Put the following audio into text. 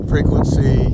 Frequency